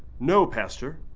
no, pastor,